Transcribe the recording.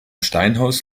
steinhaus